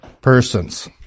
persons